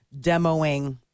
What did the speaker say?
demoing